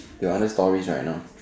your other stories right now